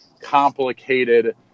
complicated